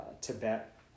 tibet